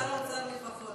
אני מבטיחה לך,